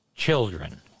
children